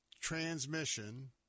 transmission